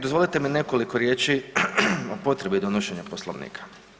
Dozvolite mi nekoliko riječi o potrebi donošenja Poslovnika.